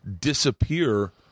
disappear